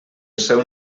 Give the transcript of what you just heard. seu